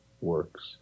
works